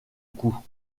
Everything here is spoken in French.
coûts